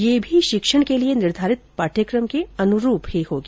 यह भी शिक्षण के लिए निर्धारित पाद्यकम के अनुरूप होगी